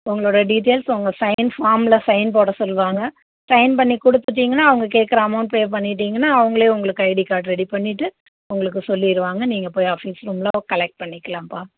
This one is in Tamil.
உங்களோட டீடைல்ஸ் உங்கள் சைன் ஃபார்ம்ல சைன் போட சொல்வாங்க சைன் பண்ணி கொடுத்துடீங்கன்னா அவங்க கேட்குற அமௌன்ட் பே பண்ணீவிட்டிங்கன்னா அவங்களே உங்களுக்கு ஐடி கார்ட் ரெடி பண்ணிவிட்டு உங்களுக்கு சொல்லிருவாங்க நீங்கள் போய் ஆஃபீஸ் ரூம்மில் கலெக்ட் பண்ணிக்கலாம்ப்பா